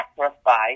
sacrifice